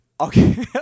okay